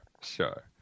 sure